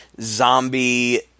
zombie